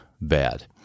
bad